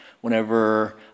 whenever